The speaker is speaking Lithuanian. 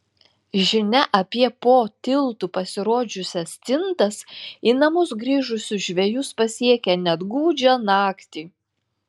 žinia apie po tiltu pasirodžiusias stintas į namus grįžusius žvejus pasiekia net gūdžią naktį